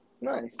Nice